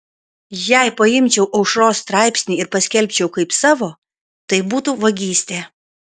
jei paimčiau aušros straipsnį ir paskelbčiau kaip savo tai būtų vagystė